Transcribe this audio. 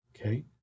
Okay